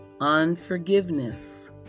unforgiveness